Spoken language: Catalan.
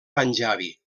panjabi